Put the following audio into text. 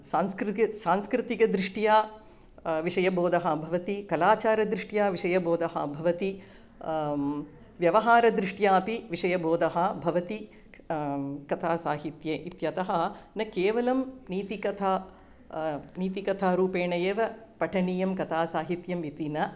सांस्कृतिक सांस्कृतिक दृष्ट्या विषयबोधः भवति कलाचारदृष्ट्या विषयबोधः भवति व्यवहारदृष्ट्या अपि विषयबोधः भवति कथासाहित्ये इत्यतः न केवलं नीतिकथा नीतिकथारूपेण एव पठनीयं कथासाहित्यम् इति न